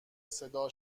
صدا